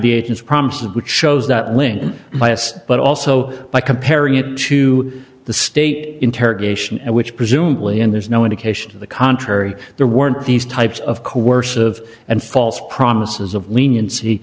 the agent's problems which shows that lincoln bias but also by comparing it to the state interrogation which presumably and there's no indication to the contrary there weren't these types of coercive and false promises of leniency